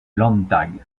landtag